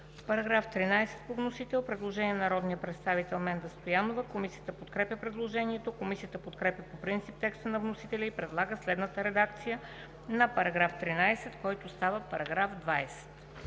По §13 по вносител има предложение от народния представител Менда Стоянова. Комисията подкрепя предложението. Комисията подкрепя по принцип текста на вносителя и предлага следната редакция на § 13, който става § 20: „§ 20.